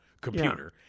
computer